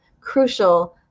crucial